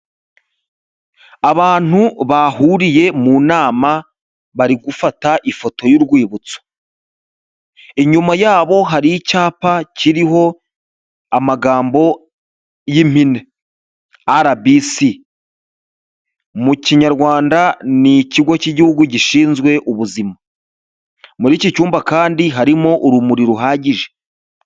Abantu bahuriye mu nama bari gufata ifoto y'urwibutso, inyuma yabo hari icyapa kiriho amagambo y'impine arabisi, mu kinyarwanda ni ikigo cy'igihugu gishizwe ubuzima, muri iki cyumba kandi harimo urumuri ruhagije.